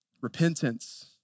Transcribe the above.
repentance